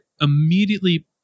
immediately